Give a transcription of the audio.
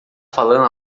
falando